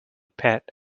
pet